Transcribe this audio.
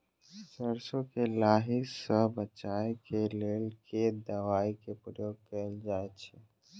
सैरसो केँ लाही सऽ बचाब केँ लेल केँ दवाई केँ प्रयोग कैल जाएँ छैय?